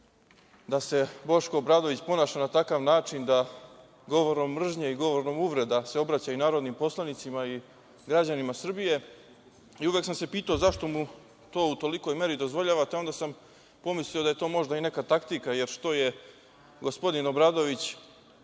da se Boško Obradović ponaša na takav način da govorom mržnje i govorom uvreda se obraća i narodnim poslanicima i građanima Srbije. Uvek sam se pitao zašto mu to u tolikoj meri dozvoljavate, onda sam pomislio da je to možda i neka taktika, jer što je gospodin Obradović